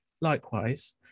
Likewise